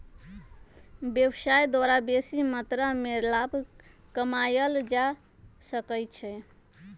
व्यवसाय द्वारा बेशी मत्रा में लाभ कमायल जा सकइ छै